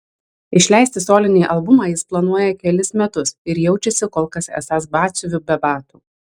išleisti solinį albumą jis planuoja kelis metus ir jaučiasi kol kas esąs batsiuviu be batų